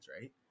right